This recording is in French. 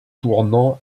tournant